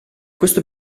questo